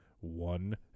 One